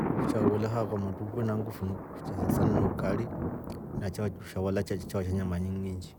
Chao weelya ha kwamotru uve na ngufu sana sana ni ukari na chao sha wala chao nyama nyiiingi.